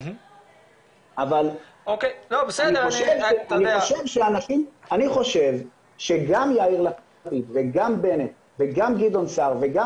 אבל אני חושב שגם יאיר לפיד וגם בנט וגם גדעון סער וגם